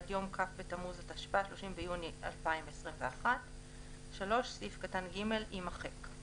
עד יום כ' בתמוז התשפ"א (30 ביוני 2021)."; (3)סעיף קטן (ג) יימחק.